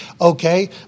okay